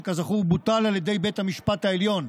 שכזכור בוטל על ידי בית המשפט העליון,